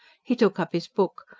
he took up his book.